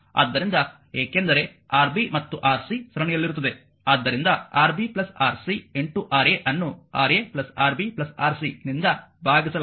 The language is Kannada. ಆದ್ದರಿಂದ ಏಕೆಂದರೆ Rb ಮತ್ತು Rc ಸರಣಿಯಲ್ಲಿರುತ್ತದೆ ಆದ್ದರಿಂದ Rb Rc Ra ಅನ್ನು Ra Rb Rc ನಿಂದ ಭಾಗಿಸಲಾಗಿದೆ